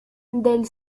del